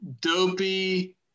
Dopey